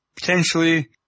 potentially